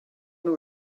nhw